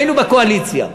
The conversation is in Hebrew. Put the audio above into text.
היינו בקואליציה,